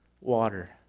water